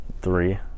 Three